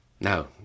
No